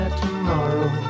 tomorrow